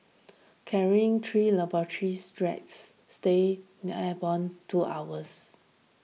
carrying three laboratory rats stayed airborne two hours